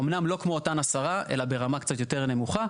אמנם לא כמו אותם 10, אלא ברמה קצת יותר נמוכה.